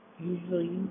Usually